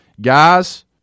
guys